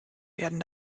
werden